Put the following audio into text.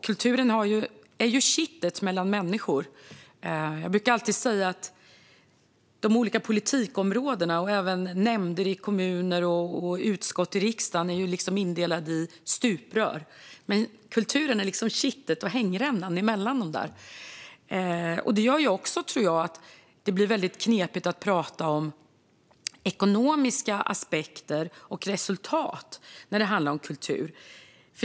Kulturen är kittet mellan människor. Jag brukar säga att olika politikområden, nämnder i kommuner och utskott i riksdagen är indelade i stuprör, men kulturen är kittet och hängrännan däremellan. Detta gör, tror jag, att det blir väldigt knepigt att prata om ekonomiska aspekter och resultat när det handlar om kultur.